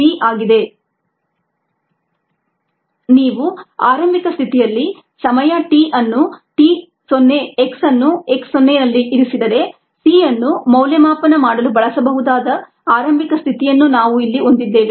dxxμdt ln x μtc ನೀವು ಆರಂಭಿಕ ಸ್ಥಿತಿಯಲ್ಲಿ ಸಮಯ t ಅನ್ನು t 0 x ಅನ್ನು x 0 ನಲ್ಲಿ ಇರಿಸಿದರೆ c ಅನ್ನು ಮೌಲ್ಯಮಾಪನ ಮಾಡಲು ಬಳಸಬಹುದಾದ ಆರಂಭಿಕ ಸ್ಥಿತಿಯನ್ನು ನಾವು ಇಲ್ಲಿ ಹೊಂದಿದ್ದೇವೆ